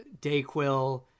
Dayquil